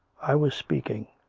i was speaking